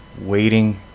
waiting